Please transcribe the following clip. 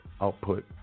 output